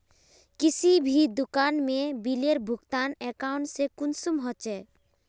किसी भी दुकान में बिलेर भुगतान अकाउंट से कुंसम होचे?